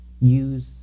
Use